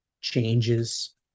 changes